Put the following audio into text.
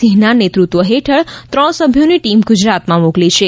સિંહના નેતૃત્વ હેઠળ ત્રણ સભ્યોની ટીમ ગુજરાતમાં મોકલી છે